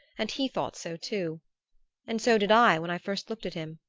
and he thought so too and so did i when i first looked at him.